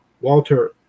Walter